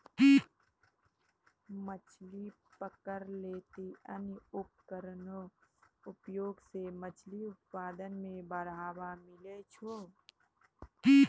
मछली पकड़ै लेली अन्य उपकरण रो प्रयोग से मछली उत्पादन मे बढ़ावा मिलै छै